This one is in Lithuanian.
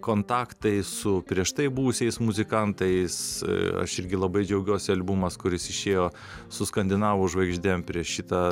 kontaktai su prieš tai buvusiais muzikantais aš irgi labai džiaugiuosi albumas kuris išėjo su skandinavų žvaigždėm prieš šitą